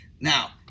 Now